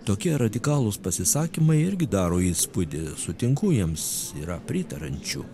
tokie radikalūs pasisakymai irgi daro įspūdį sutinku jiems yra pritariančių